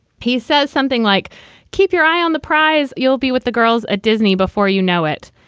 he says something like keep your eye on the prize. you'll be with the girls at disney before you know it.